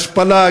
השפלה,